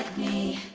me